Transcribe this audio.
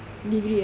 degree eh